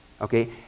okay